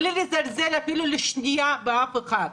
בלי לזלזל אפילו לשנייה באף אחד,